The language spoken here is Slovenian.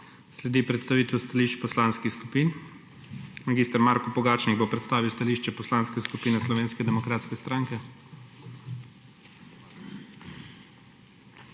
Sledi predstavitev stališč poslanskih skupin. Mag. Marko Pogačnik bo predstavil stališče Poslanske skupine Slovenske demokratske stranke.